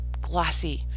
glossy